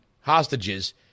hostages